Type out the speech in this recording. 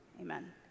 amen